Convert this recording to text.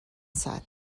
ساعت